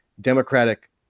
democratic